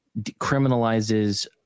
criminalizes